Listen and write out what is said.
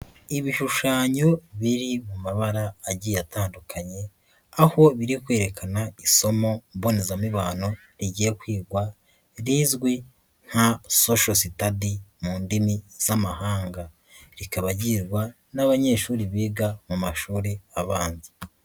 Ibishushanyo biri mu mabara agiye atandukanye, aho biri kwerekana isomo mbonezamibano, rigiye kwigwa, rizwi nka Social Study mu ndimi z'amahanga. Rikaba ryigwa n'abanyeshuri biga mu mashuri abanza.